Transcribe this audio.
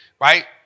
right